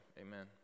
amen